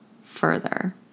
further